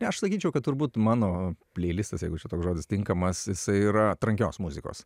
aš sakyčiau kad turbūt mano pleilistas jeigu čia toks žodis tinkamas jisai yra trankios muzikos